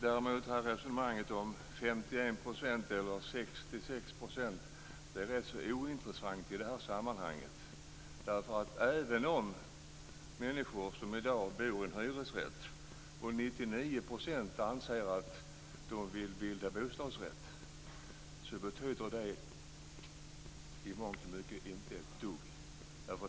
Däremot är resonemanget om 51 % eller 66 % rätt ointressant i detta sammanhang. Även om 99 % av de människor som i dag bor i hyresrätt anser att de vill bilda bostadsrätt betyder det i mångt och mycket inte ett dugg.